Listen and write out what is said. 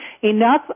Enough